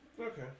Okay